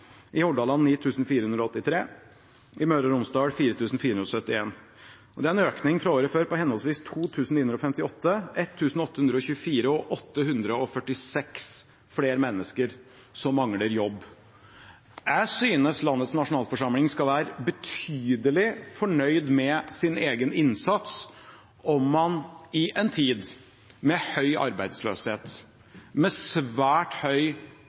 i Hordaland på 9 483 mennesker og i Møre og Romsdal på 4 471 mennesker. Det er en økning fra året før på henholdsvis 2 958, 1 824 og 846 flere mennesker som mangler jobb. Jeg synes landets nasjonalforsamling skal være betydelig fornøyd med sin egen innsats om man i en tid med høy arbeidsløshet, med svært høy